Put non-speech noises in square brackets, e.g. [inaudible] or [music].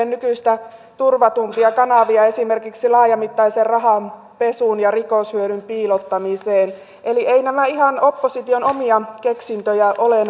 [unintelligible] nykyistä turvatumpia kanavia esimerkiksi laajamittaiseen rahanpesuun ja rikoshyödyn piilottamiseen eli eivät nämä asiat ja nämä huolet ihan opposition omia keksintöjä ole [unintelligible]